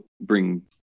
bring